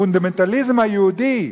הפונדמנטליזם היהודי?